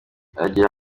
aragira